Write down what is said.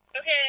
Okay